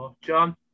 John